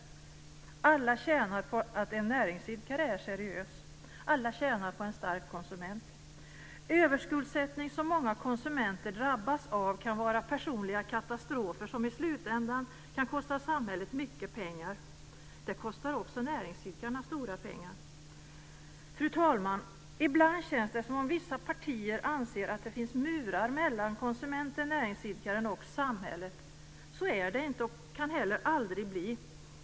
Alla tjänar på att en näringsidkare är seriös. Alla tjänar på en stark konsument. Överskuldsättning, som många konsumenter drabbas av, kan vara personliga katastrofer som i slutändan kan kosta samhället mycket pengar. Det kostar också näringsidkarna stora summor. Fru talman! Ibland känns det som att vissa partier anser att det finns murar mellan konsumenten, näringsidkaren och samhället. Så är det inte och kan heller aldrig bli.